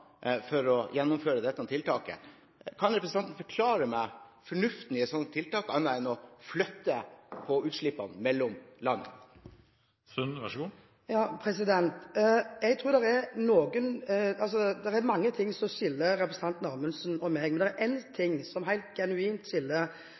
for å gjennomføre dette tiltaket. Kan representanten forklare meg om fornuften i et sånt tiltak er noe annet enn å flytte utslippene mellom land? Det er mye som skiller representanten Amundsen og meg, men det er én ting som genuint skiller oss to, nemlig at jeg tror at en